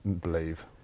believe